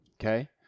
okay